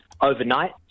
overnight